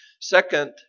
Second